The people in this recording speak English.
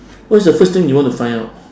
what is the first thing you want to find out